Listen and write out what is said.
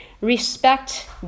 respect